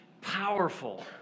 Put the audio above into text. powerful